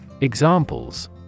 Examples